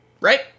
right